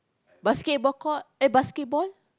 basketball court eh basketball